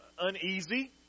uneasy